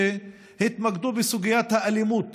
שהתמקדו בסוגיית האלימות